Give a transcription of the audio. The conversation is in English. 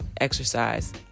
exercise